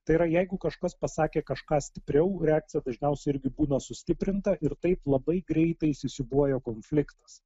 tai yra jeigu kažkas pasakė kažką stipriau reakcija dažniausiai irgi būna sustiprinta ir taip labai greitai įsisiūbuoja konfliktas